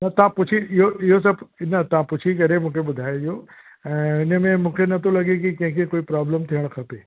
तव्हां पुछी इहो इहो सभु न तव्हां पुछी करे मूंखे ॿुधाइजो ऐं इन में मूंखे न थो लॻे की कंहिं खे कोई प्रोब्लम थियणु खपे